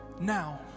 now